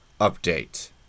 update